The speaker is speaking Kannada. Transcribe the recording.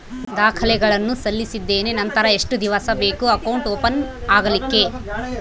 ದಾಖಲೆಗಳನ್ನು ಸಲ್ಲಿಸಿದ್ದೇನೆ ನಂತರ ಎಷ್ಟು ದಿವಸ ಬೇಕು ಅಕೌಂಟ್ ಓಪನ್ ಆಗಲಿಕ್ಕೆ?